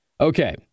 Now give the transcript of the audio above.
Okay